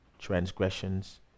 transgressions